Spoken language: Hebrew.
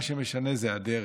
מה שמשנה זה הדרך.